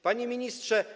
Panie Ministrze!